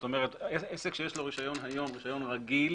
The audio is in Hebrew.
זאת אומרת, עסק שיש לו רישיון היום, רישיון רגיל